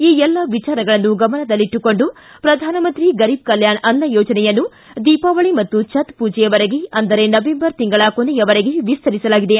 ಈ ಎಲ್ಲ ವಿಚಾರಗಳನ್ನೂ ಗಮನದಲ್ಲಿಟ್ಟುಕೊಂಡು ಶ್ರಧಾನಮಂತ್ರಿ ಗರೀಬ್ ಕಲ್ಕಾಣ್ ಅನ್ನ ಯೋಜನೆಯನ್ನು ದೀಪಾವಳಿ ಮತ್ತು ಛತ್ ಪೂಜೆಯವರೆಗೆ ನವೆಂಬರ್ ತಿಂಗಳ ಕೊನೆಯವರೆಗೆ ವಿಸ್ತರಿಸಲಾಗಿದೆ